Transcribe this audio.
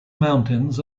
mountains